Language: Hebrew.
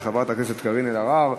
של חברת הכנסת קארין אלהרר.